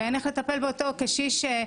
ואין איך לטפל באותו קשיש.